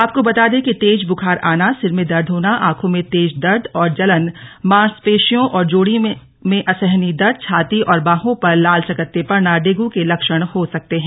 आपको बता दें कि तेज बुखार आना सिर में दर्द होना आंखों में तेज दर्द और जलन मांसपेशियों और जोड़ों में असहनीय दर्द छाती और बाहों पर लाल चकत्ते पड़ना डेंगू के लक्ष्ण हो सकते हैं